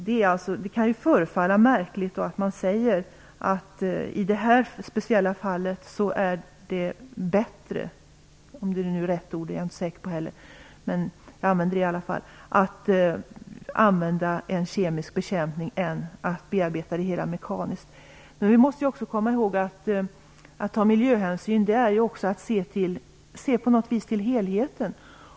Det kan förefalla märkligt att man säger att det i detta speciella fall är bättre - jag är inte säker på att det är rätt ord, men jag använder det i alla fall - att använda en kemisk bekämpning än att bearbeta det hela mekaniskt. Men vi måste också komma ihåg följande: Att ta miljöhänsyn är också att se till helheten.